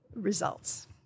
results